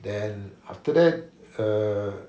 then after that err